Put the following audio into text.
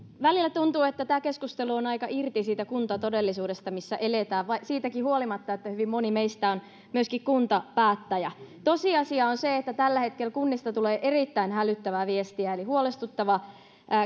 välillä tuntuu että tämä keskustelu on aika irti siitä kuntatodellisuudesta missä eletään siitäkin huolimatta että hyvin moni meistä on myöskin kuntapäättäjä tosiasia on se että tällä hetkellä kunnista tulee erittäin hälyttävää viestiä eli on huolestuttava